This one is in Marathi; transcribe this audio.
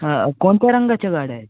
हा रंगाच्या गाड्या आहेत